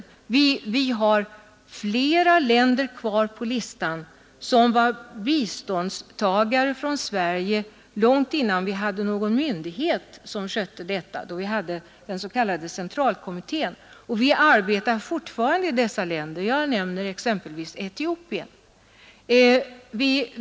På listan finns flera länder som fick bistånd från Sverige genom centralkommittén redan innan vi hade någon myndighet som skötte dessa frågor. Vi arbetar fortfarande i dessa länder, jag nämner exempelvis Etiopien.